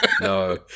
No